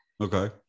Okay